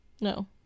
no